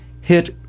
hit